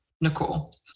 Nicole